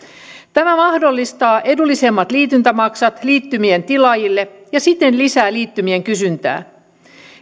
tämä mahdollistaa edullisemmat liityntämaksut liittymien tilaajille ja siten lisää liittymien kysyntää